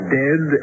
dead